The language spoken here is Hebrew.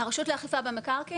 הרשות לאכיפה במקרקעין,